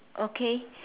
okay